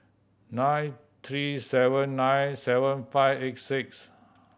nine three seven nine seven five eight six